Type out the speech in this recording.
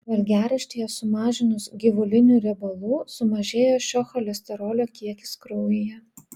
valgiaraštyje sumažinus gyvulinių riebalų sumažėja šio cholesterolio kiekis kraujyje